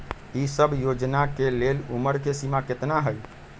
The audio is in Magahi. ई सब योजना के लेल उमर के सीमा केतना हई?